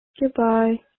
goodbye